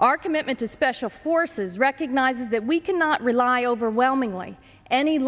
our commitment to special forces recognizes that we cannot rely overwhelmingly any